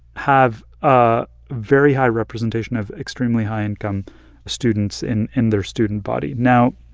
have a very high representation of extremely high-income students in in their student body now,